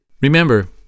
Remember